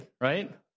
Right